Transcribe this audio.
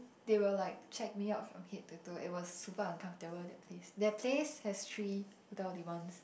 they will like check me out from head to toe it was super uncomfortable that place that place has three Hotel Eighty One